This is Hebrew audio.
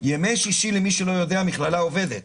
בימי שישי, למי שלא יודע, המכללה עובדת,